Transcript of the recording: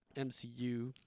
MCU